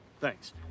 Thanks